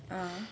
ah